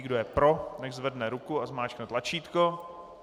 Kdo je pro, nechť zvedne ruku a zmáčkne tlačítko.